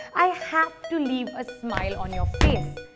i have to leave a smile on your face.